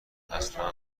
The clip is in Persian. اصلا